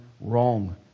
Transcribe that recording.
wrong